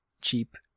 cheap